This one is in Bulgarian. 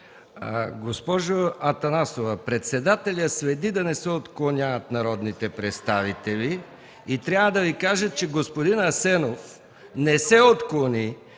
Госпожо Атанасова, председателят следи да не се отклоняват народните представители и трябва да Ви кажа, че господин Асенов не се отклони.